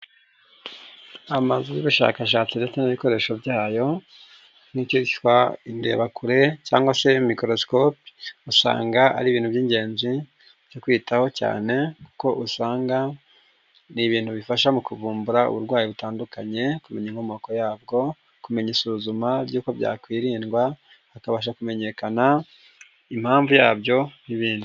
Amazu y'ubushakashatsi ndetse n'ibikoresho byayo, nk'icyitwa indebaku cyangwa se microscope, usanga ari ibintu by'ingenzi, byo kwitaho cyane kuko usanga, ni ibintu bifasha mu kuvumbura uburwayi butandukanye, kumenya inkomoko yabwo, kumenya isuzuma ry'uko byakwirindwa, hakabasha kumenyekana impamvu yabyo n'ibindi.